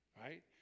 right